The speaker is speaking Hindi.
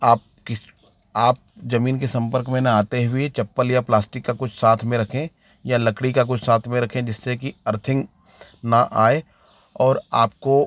आप किस आप जमीन के सम्पर्क में न आते हुए चप्पल या प्लास्टिक का कुछ साथ में रखें या लकड़ी का कुछ साथ में रखें जिससे कि अर्थिंग न आए और आपको